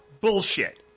bullshit